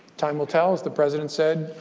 time will tell. as the president said,